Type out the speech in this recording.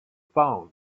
phone